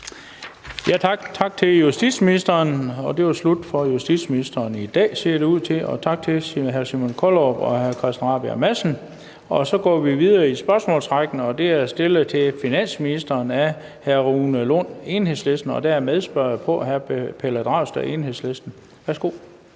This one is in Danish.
Tak til justitsministeren, og det var slut for justitsministeren for i dag, ser det ud til. Og tak til hr. Simon Kollerup og hr. Christian Rabjerg Madsen. Så går vi videre i spørgsmålsrækken. Det næste spørgsmål er stillet til finansministeren af hr. Rune Lund, Enhedslisten, og der er medspørger på, hr. Pelle Dragsted, Enhedslisten. Kl.